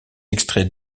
extraits